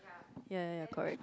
ya ya ya correct